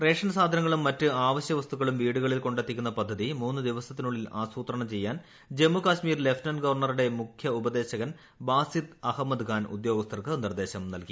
ration സാധനങ്ങളും മറ്റ് അവശ്യ വസ്തുക്കളും വീടുകളിൽ കൊണ്ടെത്തിക്കുന്ന പദ്ധതി മൂന്ന് ദിവസത്തിനുള്ളിൽ ആസൂത്രണം ചെയ്യാൻ ജമ്മു കശ്മീർ ലഫ്റ്റനന്റ് ഗവർണറിന്റെ മുഖ്യ ഉപദേശകൻ ബാസിർ അഹമ്മദ് ഖാൻ ഉദ്യോഗസ്ഥർക്ക് നിർദ്ദേശം നൽകി